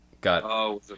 got